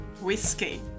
whiskey